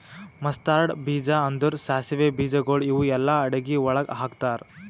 mustard ಬೀಜ ಅಂದುರ್ ಸಾಸಿವೆ ಬೀಜಗೊಳ್ ಇವು ಎಲ್ಲಾ ಅಡಗಿ ಒಳಗ್ ಹಾಕತಾರ್